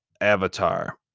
avatar